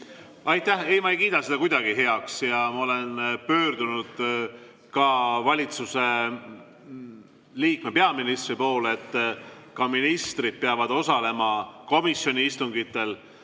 Aitäh! Ei, ma ei kiida seda kuidagi heaks. Ma olen pöördunud ka valitsuse liikme, peaministri poole, et ka ministrid peavad osalema komisjoni istungitel.